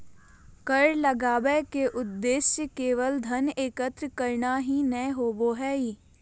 कर लगावय के उद्देश्य केवल धन एकत्र करना ही नय होबो हइ